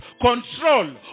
control